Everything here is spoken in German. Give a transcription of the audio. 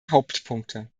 hauptpunkte